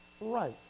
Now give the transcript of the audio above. right